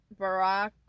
Barack